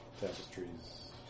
tapestries